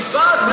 טיפה,